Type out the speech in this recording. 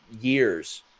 years